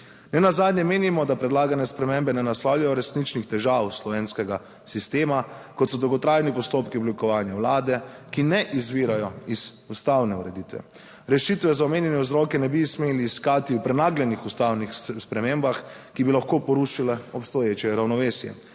Nenazadnje menimo, da predlagane spremembe ne naslavljajo resničnih težav slovenskega sistema, kot so dolgotrajni postopki oblikovanja vlade, ki ne izvirajo iz ustavne ureditve. Rešitve za omenjene vzroke ne bi smeli iskati v prenagljenih ustavnih spremembah, ki bi lahko porušile obstoječe ravnovesje